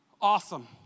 awesome